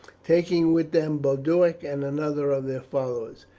taking with them boduoc and another of their followers.